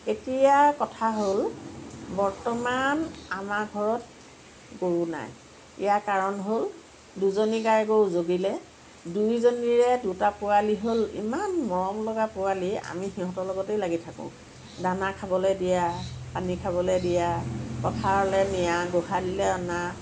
এতিয়া কথা হ'ল বৰ্তমান আমাৰ ঘৰত গৰু নাই ইয়াৰ কাৰণ হ'ল দুজনী গাই গৰু জগিলে দুয়োজনীৰে দুটা পোৱালী হ'ল ইমান মৰম লগা পোৱালী আমি সিহঁতৰ লগতেই লাগি থাকোঁ দানা খাবলে দিয়া পানী খাবলৈ দিয়া পথাৰলৈ নিয়া গোহালিলৈ অনা